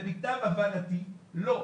למיטב הבנתי, לא.